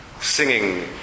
singing